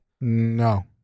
No